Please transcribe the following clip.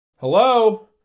Hello